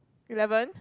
eleven